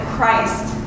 Christ